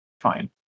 Fine